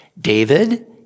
David